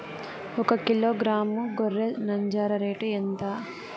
ఒకకిలో గ్రాము గొర్రె నంజర రేటు ఎంత?